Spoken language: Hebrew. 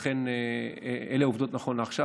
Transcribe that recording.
לכן, אלה העובדות נכון לעכשיו.